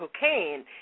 cocaine